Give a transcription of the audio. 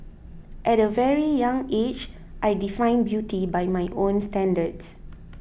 at a very young age I defined beauty by my own standards